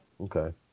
okay